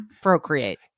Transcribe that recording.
procreate